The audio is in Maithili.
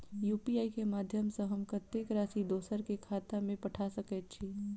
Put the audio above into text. यु.पी.आई केँ माध्यम सँ हम कत्तेक राशि दोसर केँ खाता मे पठा सकैत छी?